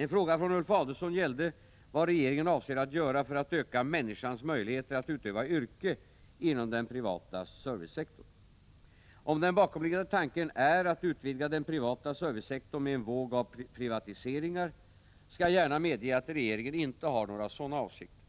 En fråga från Ulf Adelsohn gällde vad regeringen avser att göra för att öka människans möjligheter att utöva yrke inom den privata servicesektorn. Om den bakomliggande tanken är att utvidga den privata servicesektorn med en våg av privatiseringar, skall jag gärna medge att regeringen inte har några sådana avsikter.